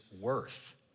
worth